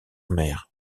mer